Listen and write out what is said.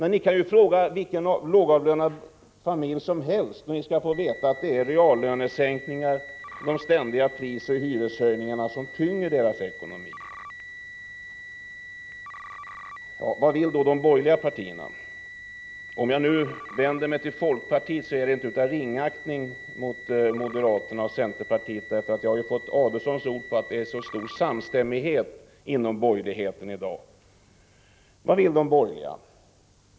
Ni kan fråga vilken lågavlönad familj som helst, och ni skall få veta att det är reallönesänkningar, ständiga prisoch hyreshöjningar som tynger deras ekonomi. Vad vill då de borgerliga partierna? Om jag nu vänder mig till folkpartiet är det inte av ringaktning mot moderata samlingspartiet och centerpartiet för vi har ju fått Adelsohns ord på att det är en stor samstämmighet inom borgerligheten i dag.